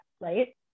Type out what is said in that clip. right